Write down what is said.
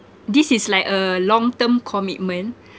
this is like a long term commitment